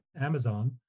Amazon